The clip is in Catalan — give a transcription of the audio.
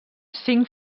cinc